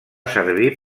servir